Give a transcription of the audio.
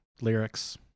lyrics